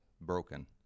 broken